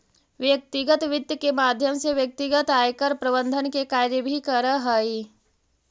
व्यक्तिगत वित्त के माध्यम से व्यक्ति आयकर प्रबंधन के कार्य भी करऽ हइ